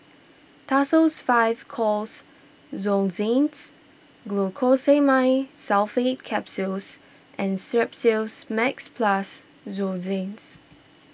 Tussils five Coughs Lozenges Glucosamine Sulfate Capsules and Strepsils Max Plus Lozenges